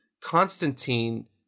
constantine